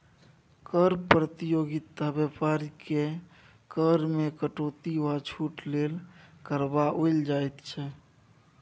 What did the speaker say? कर प्रतियोगिता बेपारीकेँ कर मे कटौती वा छूट लेल करबाओल जाइत छै